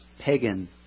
pagan